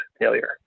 failure